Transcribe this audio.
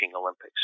Olympics